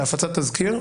להפצת תזכיר,